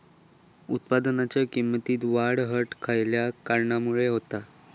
उत्पादनाच्या किमतीत वाढ घट खयल्या कारणामुळे होता?